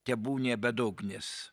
tebūnie bedugnis